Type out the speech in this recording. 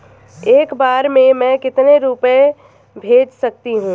एक बार में मैं कितने रुपये भेज सकती हूँ?